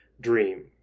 dream